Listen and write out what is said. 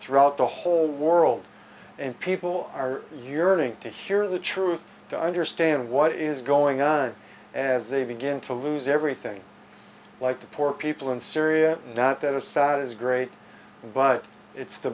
throughout the whole world and people are you're going to hear the truth to understand what is going on as they begin to lose everything like the poor people in syria not that assad is great but it's the